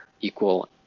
equal